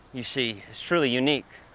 you see, it's truly unique.